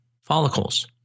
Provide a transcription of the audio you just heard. follicles